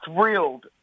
thrilled